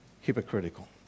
hypocritical